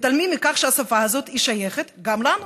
מתעלמים מכך שהשפה הזאת שייכת גם לנו,